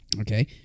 Okay